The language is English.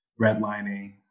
redlining